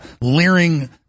leering